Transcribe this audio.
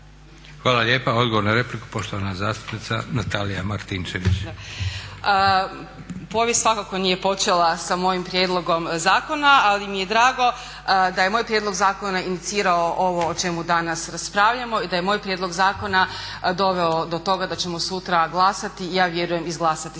Hvala lijepa. Odgovor na repliku poštovana zastupnika Natalija Martinčević. **Martinčević, Natalija (Reformisti)** Povijest svakako nije počela sa mojim prijedlogom zakona, ali mi je drago da je moj prijedlog zakona inicirao ovo o čemu danas raspravljamo i da je moj prijedlog zakona doveo do toga da ćemo sutra glasati i ja vjerujem izglasati